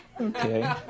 Okay